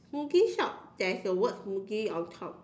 smoothie shop there's a word smoothie on top